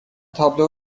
تابلو